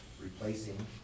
Replacing